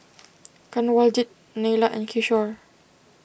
Kanwaljit Neila and Kishore